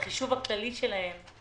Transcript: בחישוב הכללי שלהן.